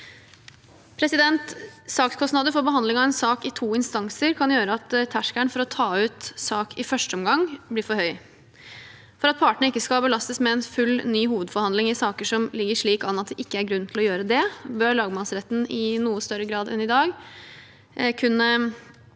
for det. Sakskostnader for behandling av en sak i to instanser kan gjøre at terskelen for å ta ut sak i første omgang blir for høy. For at partene ikke skal belastes med en ny full hovedforhandling i saker som ligger slik an at det ikke er grunn til det, bør lagmannsretten i noe større grad enn i dag kunne nekte